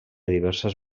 diverses